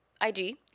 IG